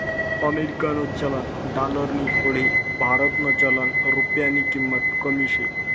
अमेरिकानं चलन डालरनी पुढे भारतनं चलन रुप्यानी किंमत कमी शे